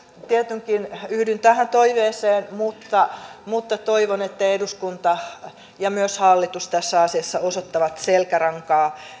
tietenkin yhdyn tähän toiveeseen mutta mutta toivon että eduskunta ja myös hallitus tässä asiassa osoittavat selkärankaa